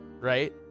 right